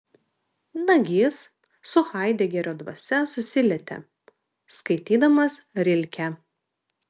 nagys su haidegerio dvasia susilietė skaitydamas rilkę